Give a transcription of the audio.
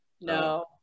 no